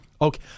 okay